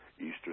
Easter